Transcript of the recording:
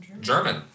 German